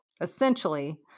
Essentially